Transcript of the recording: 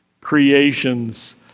creations